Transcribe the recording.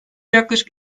yaklaşık